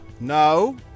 No